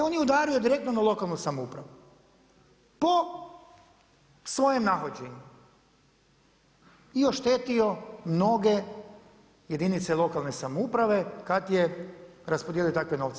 On je udario direktno na lokalnu samoupravu, po svojem nahođenju i oštetio mnoge jedinice lokalne samouprave, kada je raspodijelio takve novce.